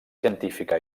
científica